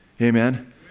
Amen